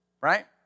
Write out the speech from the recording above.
Right